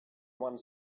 one